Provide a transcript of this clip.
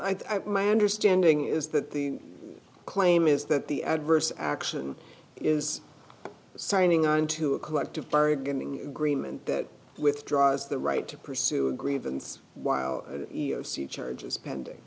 think my understanding is that the claim is that the adverse action is signing onto a collective bargaining agreement that withdraws the right to pursue a grievance while i see charges pending